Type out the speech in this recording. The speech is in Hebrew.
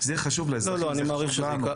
זה חשוב לאזרחים, זה חשוב לנו.